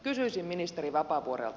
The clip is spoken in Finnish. kysyisin ministeri vapaavuorelta